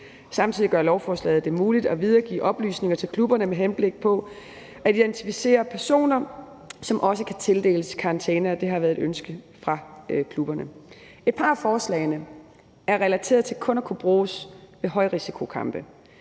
Samtidig gør lovforslaget det muligt at videregive oplysninger til klubberne med henblik på at identificere personer, som også kan tildeles karantæne, hvilket har været et ønske fra klubberne. Et par af forslagene er målrettet til kun at kunne bruges ved højrisikokampe.